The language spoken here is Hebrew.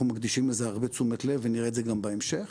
מקדישים לזה הרבה תשומת לב ונראה את זה גם בהמשך.